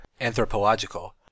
anthropological